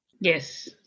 Yes